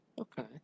Okay